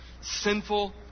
Sinful